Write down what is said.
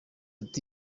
ati